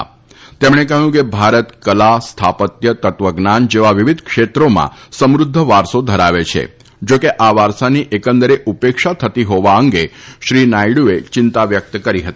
તઘ્રણ કહ્યું કે ભારત કલા સ્થાપત્ય તત્વજ્ઞાન જેવા વિવિધ ક્ષવ્રોમાં સમૃધ્ધ વારસો ધરાવછિ જા કે આ વારસાની એકંદરે ઉપક્ષાથ્થતી હોવા અંગાક્રી નાયડુએ ચિંતા વ્યક્ત કરી હતી